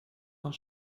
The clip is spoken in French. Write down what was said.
dans